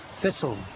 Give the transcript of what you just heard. thistle